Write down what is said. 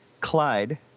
Clyde